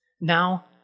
Now